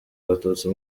abatutsi